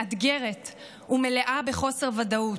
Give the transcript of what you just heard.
מאתגרת ומלאה בחוסר ודאות.